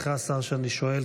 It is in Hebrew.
סליחה שאני שואל,